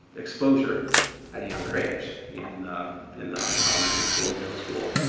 exposure at a younger age, in in elementary school, middle school,